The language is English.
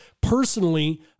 Personally